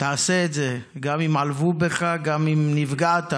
תעשה את זה, גם אם עלבו בך, גם אם נפגעת.